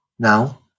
Now